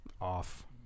off